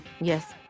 Yes